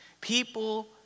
People